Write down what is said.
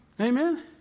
Amen